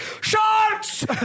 sharks